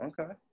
Okay